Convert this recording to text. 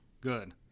good